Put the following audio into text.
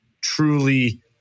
truly